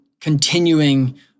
continuing